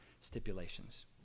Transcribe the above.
stipulations